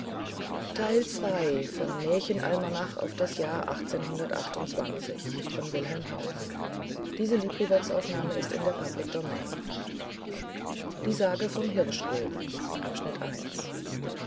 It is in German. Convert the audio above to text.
die sage vom hirschgulden